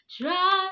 try